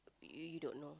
you you don't know